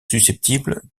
susceptibles